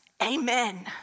amen